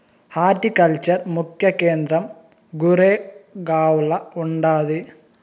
horticulture ముఖ్య కేంద్రం గురేగావ్ల ఉండాది